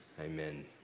Amen